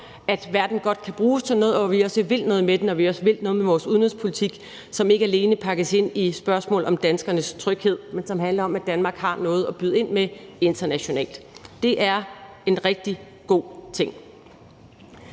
at verden godt kan bruges til noget, og at vi også vil noget med den, og at vi også vil noget med vores udenrigspolitik, som ikke alene pakkes ind i spørgsmål om danskernes tryghed, men som handler om, at Danmark har noget at byde ind med internationalt. Det er en rigtig god ting.